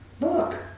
look